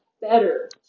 better